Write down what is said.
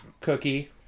cookie